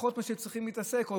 פחות במה שהם צריכים להתעסק בו,